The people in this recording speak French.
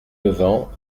levant